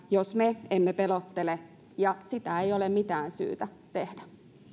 jos me emme pelottele ja sitä ei ole mitään syytä tehdä